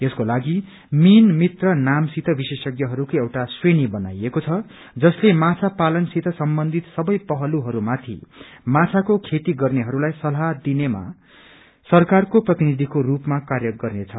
यसकोलागि मिन मित्र नामसित विशेषज्ञहरूको एउटा श्रेणी बनाइएको छ जसले माछ पालन सित सम्बन्धित सबै पहलहरूमाथि माछको खेती गर्नेहरूलाई सल्लाह दिनमा सरकारको प्रतिनिधिको रूपमा कार्य गर्नेछ